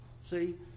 See